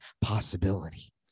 possibility